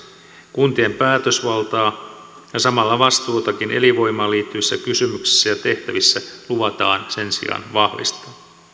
kuntien päätösvaltaa ja samalla vastuutakin elinvoimaan liittyvissä kysymyksissä ja tehtävissä luvataan sen sijaan vahvistaa